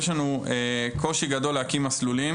זה נושא מאוד חשוב לדעתנו.